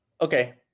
Okay